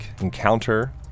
Encounter